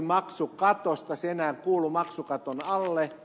se ei enää kuulu maksukaton alle